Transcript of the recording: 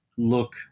look